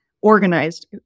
organized